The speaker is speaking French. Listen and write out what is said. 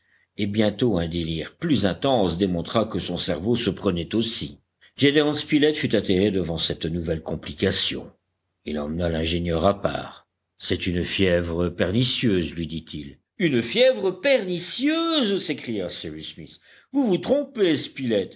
et bientôt un délire plus intense démontra que son cerveau se prenait aussi gédéon spilett fut atterré devant cette nouvelle complication il emmena l'ingénieur à part c'est une fièvre pernicieuse lui dit-il une fièvre pernicieuse s'écria cyrus smith vous vous trompez spilett